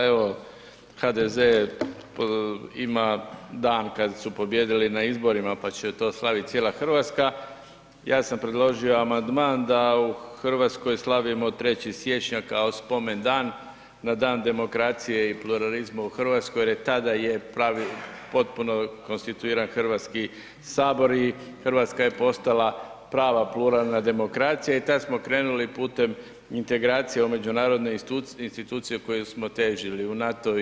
S obzirom da evo HDZ ima dan kada su pobijedili na izborima pa će to slaviti cijela Hrvatska, ja sam predložio amandman da u Hrvatskoj slavimo 3. siječnja kao spomendan na dan demokracije i pluralizma u Hrvatskoj jer tada je pravi, potpuno konstituiran Hrvatski sabor i Hrvatska je postala prava pluralna demokracija i tad smo krenuli putem integracije u međunarodne institucije u kojem smo težili, u NATO i EU.